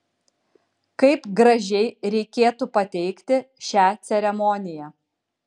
kaip gražiai reikėtų pateikti šią ceremoniją